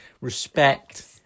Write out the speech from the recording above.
respect